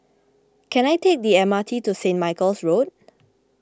Can I take the M R T to Saint Michael's Road